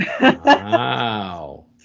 Wow